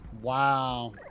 Wow